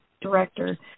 director